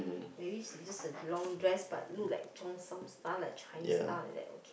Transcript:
maybe it's just a long dress but look like Cheongsam style like Chinese style like that okay